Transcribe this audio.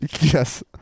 Yes